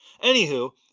Anywho